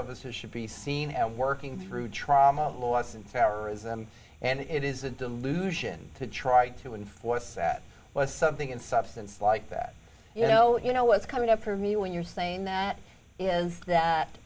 officer should be seen and working through trauma loss and terrorism and it is a delusion to try to enforce that was something in substance like that you know you know what's coming up for me when you're saying that is that